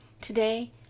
Today